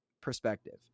perspective